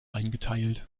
eingeteilt